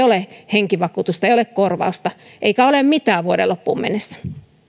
ole henkivakuutusta ei ole korvausta eikä ole mitään vuoden loppuun mennessä